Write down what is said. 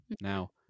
Now